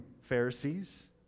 Pharisees